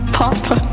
papa